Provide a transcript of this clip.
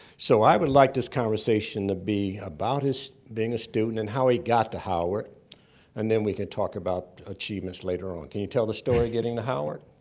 so i would like this conversation to be about his being a student and how he got to howard and then we can talk about achievements later on. can you tell the story getting to howard?